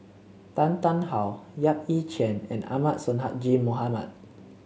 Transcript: Tan Tarn How Yap Ee Chian and Ahmad Sonhadji Mohamad